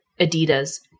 Adidas